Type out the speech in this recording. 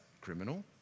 criminal